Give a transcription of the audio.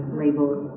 labeled